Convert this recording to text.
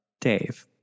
Dave